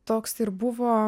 toks ir buvo